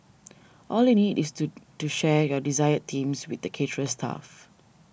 all you need is to to share your desired themes with the caterer's staff